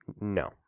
No